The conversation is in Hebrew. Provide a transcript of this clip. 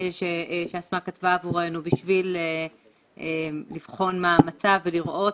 שאסמאא כתבה עבורנו בשביל לבחון מה המצב ולראות,